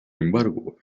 embargo